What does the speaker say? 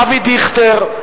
אבי דיכטר,